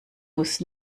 muss